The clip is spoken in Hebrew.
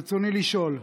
ברצוני לשאול: